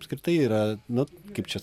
apskritai yra nu kaip čia